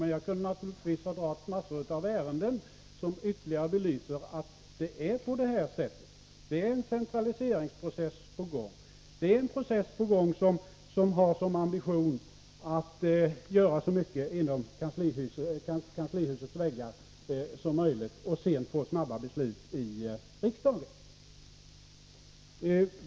Men jag kunde naturligtvis ha redovisat mängder av ärenden som ytterligare belyser att det är på det här sättet — det är en centraliseringsprocess på gång där man har som ambition att göra så mycket som möjligt inom kanslihusets väggar och sedan få snabba beslut i riksdagen.